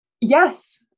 yes